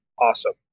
awesome